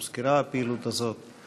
וכבר הוזכרה הפעילות הזאת.